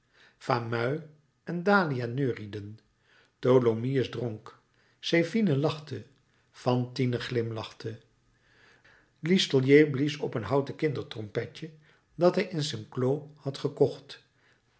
fameuil en dahlia neurieden tholomyès dronk zephine lachte fantine glimlachte listolier blies op een houten kindertrompetje dat hij te saint cloud had gekocht